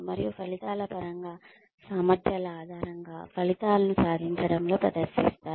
మరియు ఫలితాల పరంగా సామర్థ్యాల ఆధారంగా ఫలితాలను సాధించడంలో ప్రదర్శిస్తారు